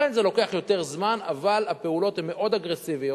זה לוקח יותר זמן, אבל הפעולות הן מאוד אגרסיביות,